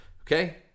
okay